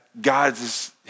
God's